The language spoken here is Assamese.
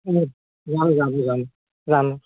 ও মই জানো জানো জানো